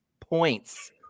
points